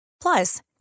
Plus